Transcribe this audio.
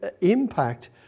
impact